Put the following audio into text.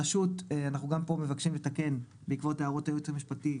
הרשות אנחנו גם פה בעקבות הערותיו של היועץ המשפטי,